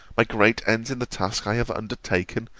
my great ends in the task i have undertaken,